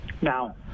Now